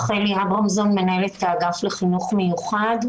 אני מנהלת האגף לחינוך מיוחד.